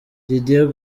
didier